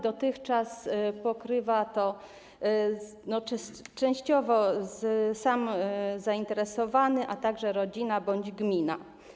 Dotychczas pokrywa to częściowo sam zainteresowany, a także rodzina bądź gmina.